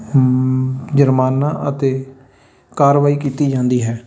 ਜੁਰਮਾਨਾ ਅਤੇ ਕਾਰਵਾਈ ਕੀਤੀ ਜਾਂਦੀ ਹੈ